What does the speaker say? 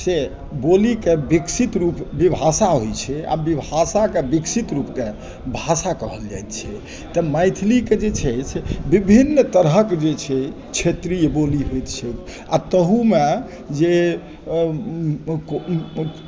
से बोली के विकसित रूप विभाषा होइ छै आ विभाषा के विकसित रूप के भाषा कहल जाइत छै तऽ मैथिलीके जे छै से विभिन्न तरहक जे छै क्षेत्रीय बोली होइत छै आ ताहु मे जे